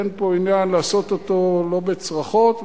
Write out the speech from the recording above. אין פה עניין לעשות אותו לא בצרחות,